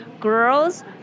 girls